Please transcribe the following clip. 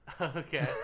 Okay